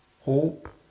hope